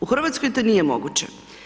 U Hrvatskoj to nije moguće.